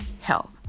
health